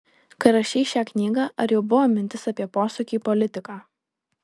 kai rašei šią knygą ar jau buvo mintis apie posūkį į politiką